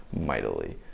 mightily